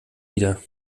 wieder